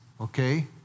okay